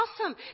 awesome